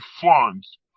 funds